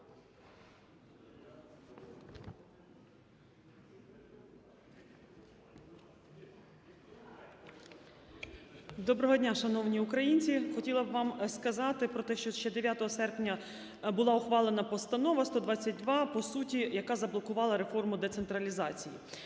Добро дня, шановні українці! Хотіла б вам сказати про те, що ще 9 серпня була ухвалена Постанова 122, по суті, яка заблокувала реформу децентралізації.